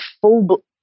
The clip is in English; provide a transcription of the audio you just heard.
full